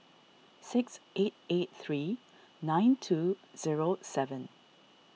six eight eight three nine two zero seven